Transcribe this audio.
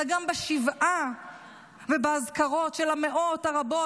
אלא גם בשבעה ובאזכרות של המאות הרבות